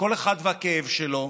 כל אחד והכאב שלו,